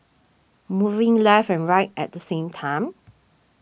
moving left and right at the same time